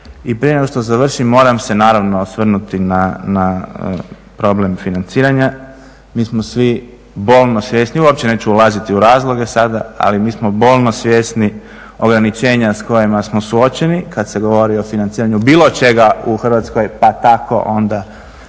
i prije nego što završim, moram se naravno osvrnuti na problem financiranja, mi smo svi bolno svjesni, uopće neću ulaziti u razloge sada, ali mi smo bolno svjesni ograničenja s kojima smo suočeni kad se govori o financiranju bilo čega u Hrvatskoj pa tako onda